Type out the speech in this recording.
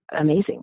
amazing